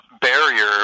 barrier